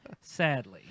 sadly